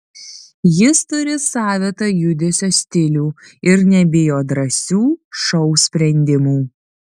jis turi savitą judesio stilių ir nebijo drąsių šou sprendimų